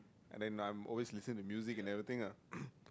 and then I'm always listening to music and everything ah